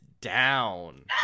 down